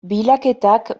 bilaketak